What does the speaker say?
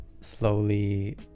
slowly